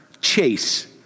chase